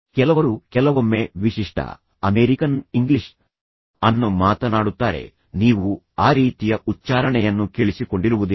ಕೆಲವರು ಕೆಲವೊಮ್ಮೆವಿಶಿಷ್ಟ American English ಅನ್ನು ಮಾತನಾಡುತ್ತಾರೆ ನೀವು ಆ ರೀತಿಯ ಉಚ್ಚಾರಣೆಯನ್ನು ಕೇಳಿಸಿಕೊಂಡಿರುವುದಿಲ್ಲ